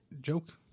joke